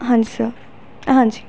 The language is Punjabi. ਹਾਂਜੀ ਸਰ ਹਾਂਜੀ